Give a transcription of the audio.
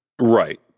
right